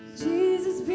jesus